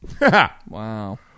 Wow